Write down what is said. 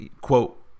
Quote